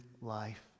life